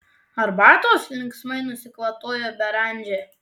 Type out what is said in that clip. arbatos linksmai nusikvatojo beranžė